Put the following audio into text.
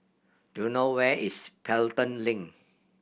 do you know where is Pelton Link